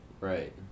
Right